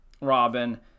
Robin